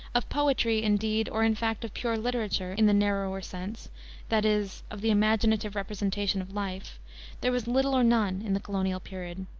of poetry, indeed, or, in fact, of pure literature, in the narrower sense that is, of the imaginative representation of life there was little or none in the colonial period.